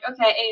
okay